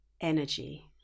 energy